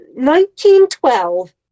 1912